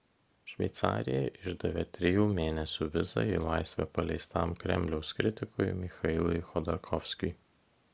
šveicarija išdavė trijų mėnesių vizą į laisvę paleistam kremliaus kritikui michailui chodorkovskiui